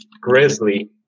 grizzly